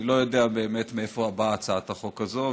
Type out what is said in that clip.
אני לא יודע באמת מאיפה באה הצעת החוק הזאת,